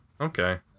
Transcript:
okay